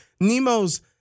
Nemo's